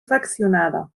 fraccionada